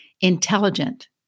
intelligent